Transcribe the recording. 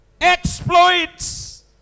Exploits